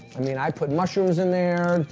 i mean, i put mushrooms in there.